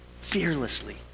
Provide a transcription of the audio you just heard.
fearlessly